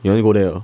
you only go there